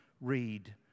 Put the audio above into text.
read